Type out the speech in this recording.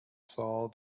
saw